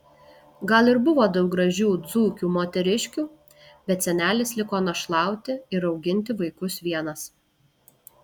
gal ir buvo daug gražių dzūkių moteriškių bet senelis liko našlauti ir auginti vaikus vienas